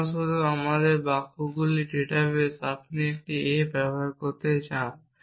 উদাহরণস্বরূপ আমাদের বাক্যগুলির ডেটা বেস আপনি যদি একটি a ব্যবহার করতে চান